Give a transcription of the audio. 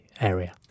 area